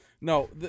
No